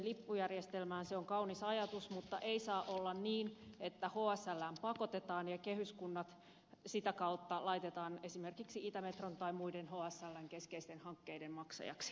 se on kaunis ajatus mutta ei saa olla niin että hslään pakotetaan ja kehyskunnat sitä kautta laitetaan esimerkiksi itämetron tai muiden hsln keskeisten hankkeiden maksajiksi